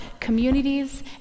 communities